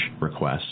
requests